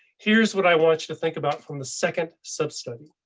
here's what i want you to think about from the second substudy